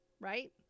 right